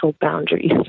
boundaries